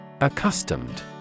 Accustomed